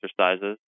exercises